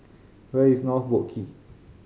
where is North Boat Quay